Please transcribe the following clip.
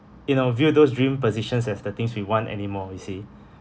in our view those dream positions as the things we want anymore you see